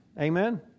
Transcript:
Amen